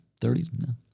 30s